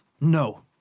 no